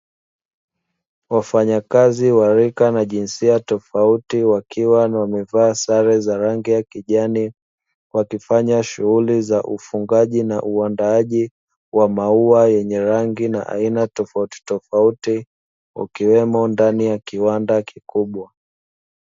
Wafanyakazi wa rika na jinsia tofauti wakiwa na wamevaa sare za rangi ya kijani. Wakifanya shughuli za ufungaji na uandaaji wa maua yenye rangi na aina tofauti tofauti, wakiwemo ndani ya kiwanda kikubwa.